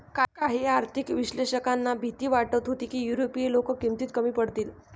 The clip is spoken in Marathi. काही आर्थिक विश्लेषकांना भीती वाटत होती की युरोपीय लोक किमतीत कमी पडतील